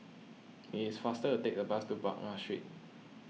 it is faster to take a bus to Baghdad Street